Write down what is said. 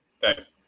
Thanks